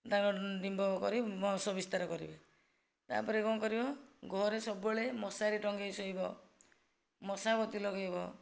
ତାଙ୍କ ଡିମ୍ବ କରି ବଂଶ ବିସ୍ତାର କରିବେ ତାପରେ କ'ଣ କରିବ ଘରେ ସବୁବେଳେ ମଶାରୀ ଟଙ୍ଗେଇ ଶୋଇବ ମଶା ବତି ଲଗାଇବ